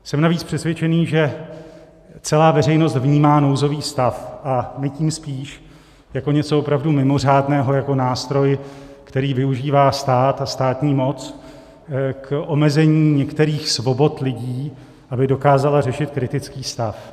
Jsem navíc přesvědčený, že celá veřejnost vnímá nouzový stav a my tím spíš jako něco opravdu mimořádného, jako nástroj, který využívá stát a státní moc k omezení některých svobod lidí, aby dokázala řešit kritický stav.